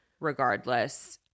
regardless